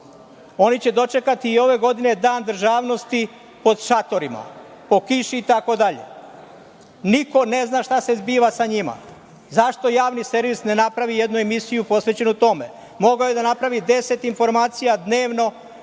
Oni će dočekati i ove godine Dan državnosti pod šatorima, po kiši itd. Niko ne zna šta se zbiva sa njima. Zašto Javni servis ne napravi jednu emisiju posvećenu tome? Mogao je da napravi 10 informacija dnevno